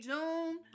June